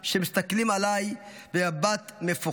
שמסתכלים עליי במבט מפוחד",